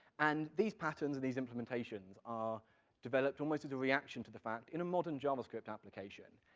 and these patterns, or these implementations, are developed almost as a reaction to the fact, in a modern javascript application,